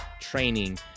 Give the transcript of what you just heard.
training